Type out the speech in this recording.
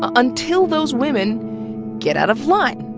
ah until those women get out of line.